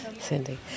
Cindy